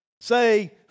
say